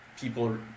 people